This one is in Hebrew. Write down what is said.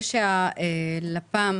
שהלפ"ם